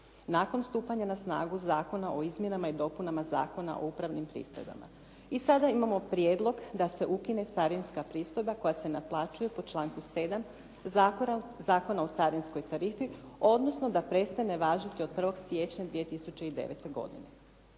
Nakon stupanja na snagu Zakona o izmjenama i dopunama Zakona o upravnim pristojbama. I sada imamo prijedlog da se ukine carinska pristojba koja se naplaćuje po članku 7. Zakona o carinskoj tarifi odnosno da prestane važiti od 1. siječnja 2009. godine.